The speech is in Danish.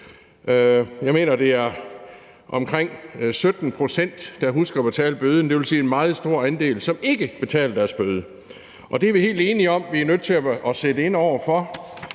Jeg mener, det er omkring 17 pct., der husker at betale bøden. Det vil sige, at der er en meget stor andel, som ikke betaler deres bøder. Det er vi helt enige om at vi er nødt til at sætte ind over for.